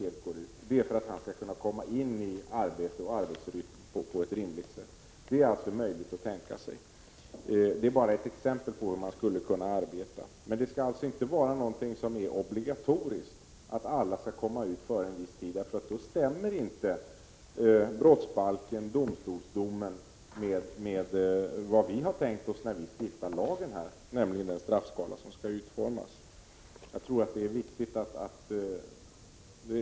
Detta är för att han skall kunna komma in i arbetet och arbetsrytmen på ett rimligt sätt. Detta är bara ett exempel på hur man skulle kunna arbeta. Men det skall inte vara någonting som är obligatoriskt — att alla skall komma ut före en viss tid. Då stämmer inte domstolsdomen och brottsbalken med vad vi har tänkt oss när vi stiftar lag och utformar en straffskala.